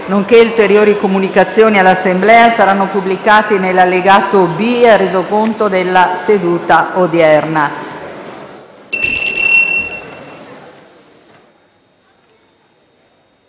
nonché ulteriori comunicazioni all'Assemblea saranno pubblicati nell'allegato B al Resoconto della seduta odierna.